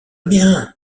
bien